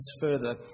further